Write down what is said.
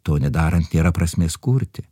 to nedarant nėra prasmės kurti